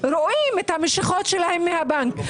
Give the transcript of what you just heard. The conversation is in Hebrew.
את המשיכות שלהם מהבנק.